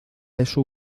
eso